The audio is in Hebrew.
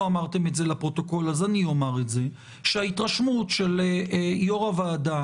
אמרתם את זה לפרוטוקול אז אני אומר את זה: ההתרשמות של יו"ר הוועדה